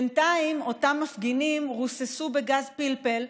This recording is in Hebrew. בינתיים אותם מפגינים רוססו בגז פלפל,